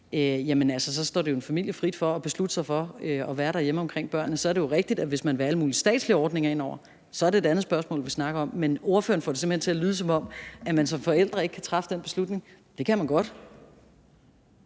dagtilbud, så står det jo en familie frit for at beslutte sig for at være derhjemme omkring børnene. Så er det jo rigtigt, at hvis man vil have alle mulige statslige ordninger ind over, er det et andet spørgsmål, vi snakker om. Men ordføreren får det simpelt hen til at lyde, som om at man som forældre ikke kan træffe den beslutning. Det kan man godt.